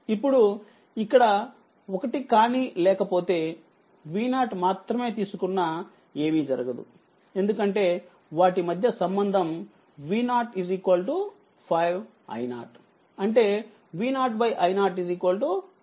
ఇప్పుడు ఇక్కడ 1 కానీ లేకపోతే V0 మాత్రమే తీసుకున్నా ఏమీ జరగదుఎందుకంటే వాటి మధ్య సంబంధం V05i0 అంటే V0i05